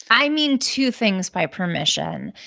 i mean two things by permission.